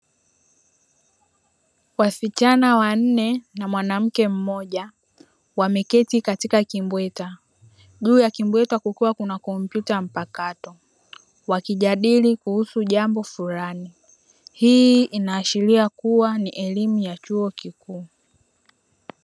Wasichana wanne na mwanamke mmoja wameketi katika kimbweta, juu ya kimbweta kukiwa kuna kompyuta mpakato wakijadili kuhusu jambo fulani. Hii inaashiria kuwa ni elimu ya chuo kikuu.